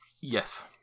Yes